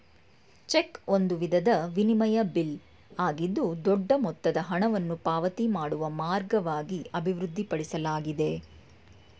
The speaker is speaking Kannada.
ಚೆಕ್ ಒಂದು ವಿಧದ ವಿನಿಮಯ ಬಿಲ್ ಆಗಿದ್ದು ದೊಡ್ಡ ಮೊತ್ತದ ಹಣವನ್ನು ಪಾವತಿ ಮಾಡುವ ಮಾರ್ಗವಾಗಿ ಅಭಿವೃದ್ಧಿಪಡಿಸಲಾಗಿದೆ